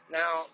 now